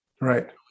Right